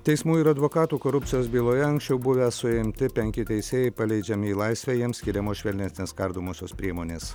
teismų ir advokatų korupcijos byloje anksčiau buvę suimti penki teisėjai paleidžiami į laisvę jiems skiriamos švelnesnės kardomosios priemonės